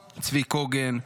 קוגן,